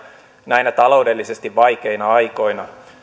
näinä taloudellisesti vaikeina aikoina